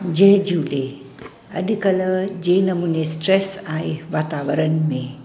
जय झूले अॼुकल्ह जे नमूने स्ट्रैस आहे वातावरणु में